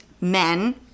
men